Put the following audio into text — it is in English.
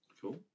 cool